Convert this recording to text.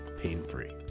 pain-free